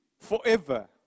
forever